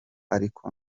ariko